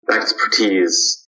expertise